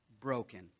broken